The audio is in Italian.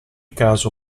caso